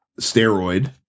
steroid